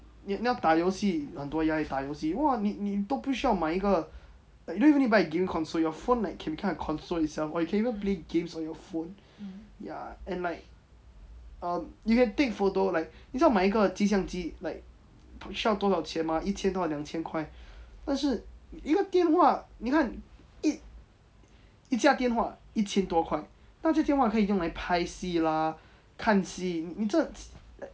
你要打游戏很多压力打游戏哇你你你都不需要买一个 like you don't even need to buy a game console your phone like can become a console itself or you can even play games on your phone ya and like um you can take photo like 你知道买一个机相机 like 需要多少钱吗一千到两千块但是一个电话你看一一架电话一千多块但这架电话可以用来拍戏啦看戏你这 like